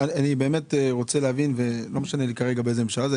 אני רוצה להבין, ולא משנה לי באיזו ממשלה זה היה.